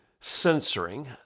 censoring